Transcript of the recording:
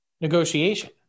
negotiation